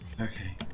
Okay